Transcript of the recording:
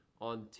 on